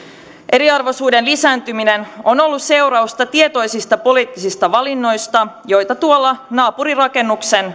eriarvoisuuden lisääntyminen on ollut seurasta tietoisista poliittisista valinnoista joita tuolla naapurirakennuksen